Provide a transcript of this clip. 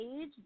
age